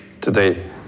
today